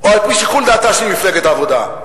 או על-פי שיקול דעתה של מפלגת העבודה.